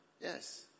Yes